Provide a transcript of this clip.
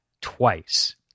twice